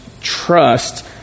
trust